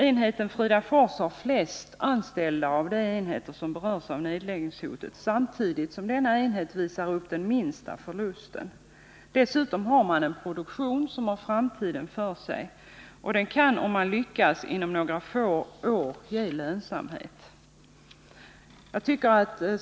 Enheten Fridafors har flest anställda av de enheter som berörs av nedläggningshotet, samtidigt som denna enhet visar upp den minsta förlusten. Dessutom har man en produktion som har framtiden för sig, och den kan om man lyckas inom några få år ge lönsamhet.